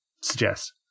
suggest